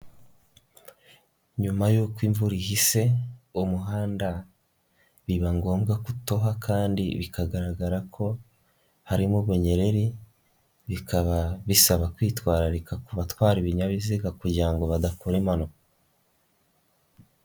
Nyuma y'uko imvura ihise, umuhanda, biba ngombwa kutoha kandi bikagaragara ko, harimo ubanyereri, bikaba bisaba kwitwararika ku batwara ibinyabiziga kugira ngo badakora impanuka.